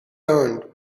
learned